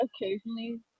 occasionally